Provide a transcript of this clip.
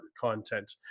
content